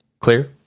clear